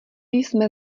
jsme